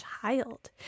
child